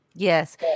Yes